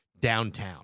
Downtown